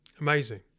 Amazing